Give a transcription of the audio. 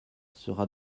sera